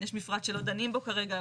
יש מפרט שלא דנים בו כרגע,